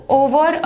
over